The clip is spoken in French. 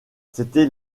c’était